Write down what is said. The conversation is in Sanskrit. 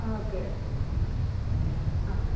हा ओके ओके हा हा